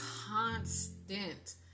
constant